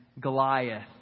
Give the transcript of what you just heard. Goliath